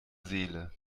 seele